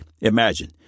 Imagine